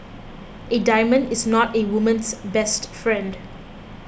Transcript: a diamond is not a woman's best friend